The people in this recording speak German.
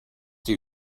die